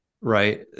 right